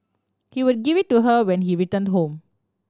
he would give it to her when he returned home